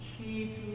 keep